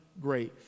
grave